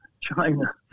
China